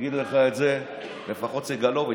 יגיד לך את זה לפחות סגלוביץ'.